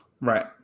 Right